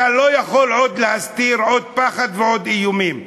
אתה לא יכול עוד להסתיר עוד פחד ועוד איומים.